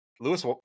Lewis